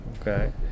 Okay